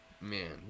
Man